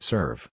Serve